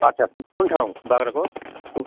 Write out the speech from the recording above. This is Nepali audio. अच्छा कुन कुन ठाउँ बाग्राकोट कु